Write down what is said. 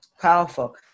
powerful